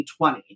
2020